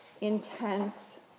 intense